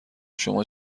شما